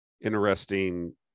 interesting